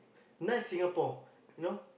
nice Singapore you know